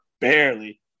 barely